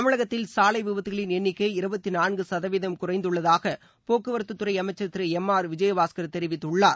தமிழகத்தில் சாலை விபத்துக்களின் எண்ணிக்கை சதவீதம் குறைந்துள்ளதாக போக்குவரத்துத்துறை அமைச்சர் திரு எம் ஆர் விஜயபாஸ்கர் தெரிவித்துள்ளார்